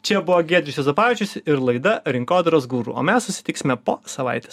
čia buvo giedrius juozapavičius ir laida rinkodaros guru o mes susitiksime po savaitės